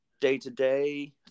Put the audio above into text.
day-to-day